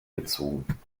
gezogen